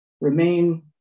remain